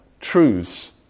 truths